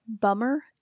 Bummer